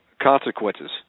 consequences